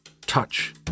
touch